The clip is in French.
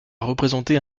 représenter